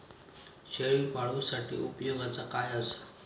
शेळीपाळूसाठी उपयोगाचा काय असा?